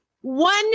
one